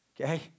Okay